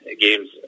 games